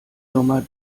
nummer